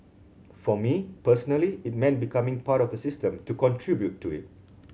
for me personally it meant becoming part of the system to contribute to it